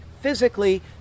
physically